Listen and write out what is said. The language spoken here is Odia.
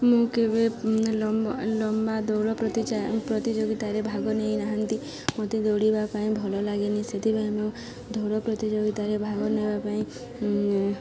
ମୁଁ କେବେ ଲମ୍ବା ଦୌଡ଼ ପ୍ରତିଯୋଗିତାରେ ଭାଗ ନେଇନାହିଁ ମୋତେ ଦୌଡ଼ିବା ପାଇଁ ଭଲ ଲାଗେନି ସେଥିପାଇଁ ମୁଁ ଦୌଡ଼ ପ୍ରତିଯୋଗିତାରେ ଭାଗ ନେବା ପାଇଁ